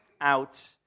out